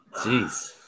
Jeez